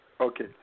okay